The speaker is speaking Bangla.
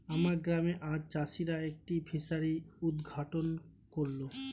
আমার গ্রামে আজ চাষিরা একটি ফিসারি উদ্ঘাটন করল